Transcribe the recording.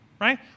right